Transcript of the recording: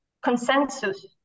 consensus